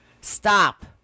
Stop